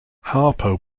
harpo